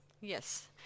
Yes